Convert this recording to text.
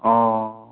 अ'